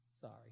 Sorry